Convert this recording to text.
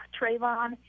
Trayvon